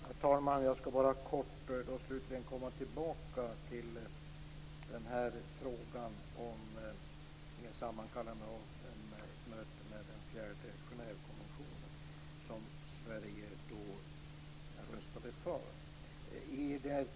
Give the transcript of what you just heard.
Herr talman! Jag skall slutligen bara kort gå tillbaka till frågan om sammankallandet av ett möte med den fjärde Genèvekonventionen, som Sverige röstade för.